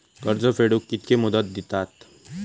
कर्ज फेडूक कित्की मुदत दितात?